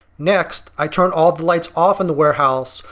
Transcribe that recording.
next i turn all the lights off in the warehouse,